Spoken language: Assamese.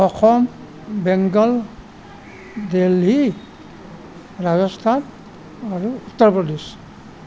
অসম বেংগল দিল্লী ৰাজস্থান আৰু উত্তৰ প্ৰদেশ